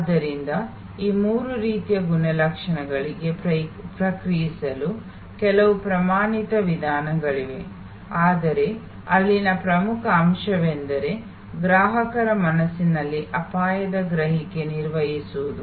ಆದ್ದರಿಂದ ಈ ಮೂರು ರೀತಿಯ ಗುಣಲಕ್ಷಣಗಳಿಗೆ ಪ್ರತಿಕ್ರಿಯಿಸಲು ಕೆಲವು ಪ್ರಮಾಣಿತ ವಿಧಾನಗಳಿವೆ ಆದರೆ ಅಲ್ಲಿನ ಪ್ರಮುಖ ಅಂಶವೆಂದರೆ ಗ್ರಾಹಕರ ಮನಸ್ಸಿನಲ್ಲಿ ಅಪಾಯದ ಗ್ರಹಿಕೆ ನಿರ್ವಹಿಸುವುದು